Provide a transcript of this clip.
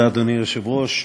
אדוני היושב-ראש,